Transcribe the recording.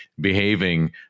behaving